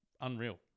unreal